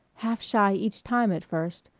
half shy each time at first,